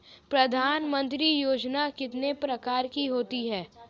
प्रधानमंत्री योजना कितने प्रकार की होती है?